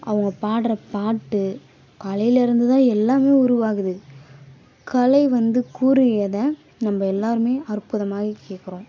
அவங்க பாடுகிற பாட்டு கலையிலேருந்து தான் எல்லாமே உருவாகுது கலை வந்து கூறியதை நம்ம எல்லோருமே அற்புதமாக கேட்கறோம்